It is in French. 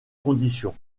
conditions